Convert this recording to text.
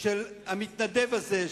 של המתנדב הזה,